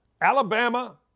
Alabama